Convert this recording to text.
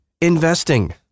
investing